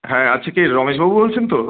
হ্যাঁ আচ্ছা কে রমেশবাবু বলছেন তো